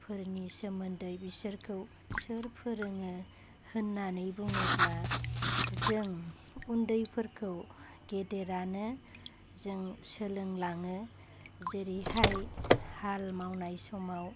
फोरनि सोमोन्दै बिसोरखौ सोर फोरोङो होन्नानै बुङोब्ला जों उन्दैफोरखौ गेदेरानो जों सोलोंलाङो जेरैहाय हाल मावनाय समाव